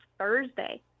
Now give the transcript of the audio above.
Thursday